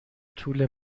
طول